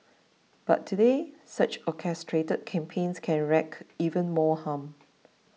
but today such orchestrated campaigns can wreak even more harm